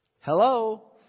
Hello